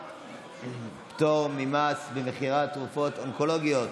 פטור ממס במכירת תרופות אונקולוגיות